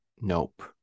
Nope